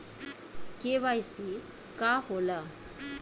इ के.वाइ.सी का हो ला?